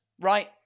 right